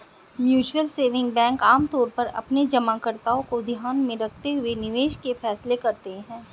mutual saving bank आमतौर पर अपने जमाकर्ताओं को ध्यान में रखते हुए निवेश के फैसले करते हैं